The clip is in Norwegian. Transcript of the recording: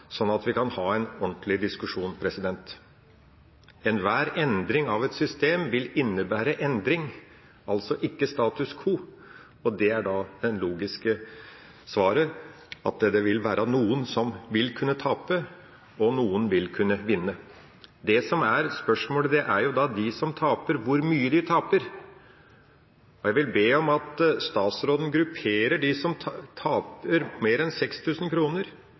sånn at vi kan ha en ordentlig diskusjon. Enhver endring av et system vil innebære endring, altså ikke status qou. Da er det logiske svaret at det vil være noen som vil kunne tape, og noen som vil kunne vinne. Det som er spørsmålet, er hvor mye de taper, de som taper. Jeg vil be om at statsråden grupperer dem som taper: mer enn